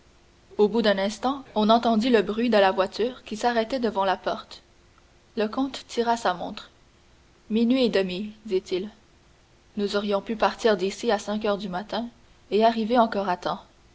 au bout d'un instant on entendit le bruit de la voiture qui s'arrêtait devant la porte le comte tira sa montre minuit et demi dit-il nous aurions pu partir d'ici à cinq heures du matin et arriver encore à temps